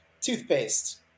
toothpaste